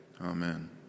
Amen